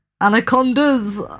Anacondas